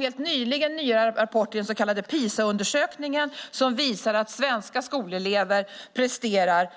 Helt nyligen kom en ny rapport, den så kallade PISA-undersökningen, som visar att svenska skolelever presterar